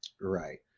Right